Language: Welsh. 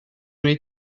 wnei